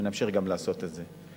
ונמשיך לעשות את זה.